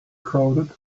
crowded